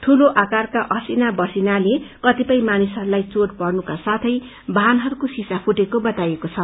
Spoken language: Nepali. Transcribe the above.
दूलो आकारका असिना वर्षिनाले कतिपय मानिसहरूलाई चोट पर्नुका साथै वाहनहरूको शीश फुटेको बताइएको छ